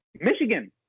Michigan